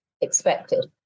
expected